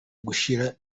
gushyira